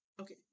Okay